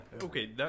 okay